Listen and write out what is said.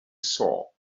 saw